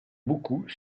beaucoup